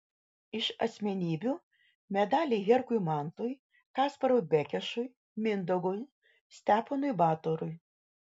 iš asmenybių medaliai herkui mantui kasparui bekešui mindaugui steponui batorui